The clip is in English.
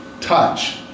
touch